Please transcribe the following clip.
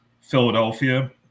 Philadelphia